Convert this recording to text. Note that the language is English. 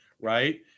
right